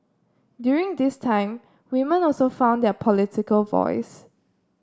during this time women also found their political voice